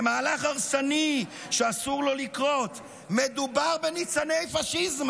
זה מהלך הרסני שאסור לו לקרות מדובר בניצני פשיזם",